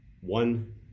one